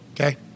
okay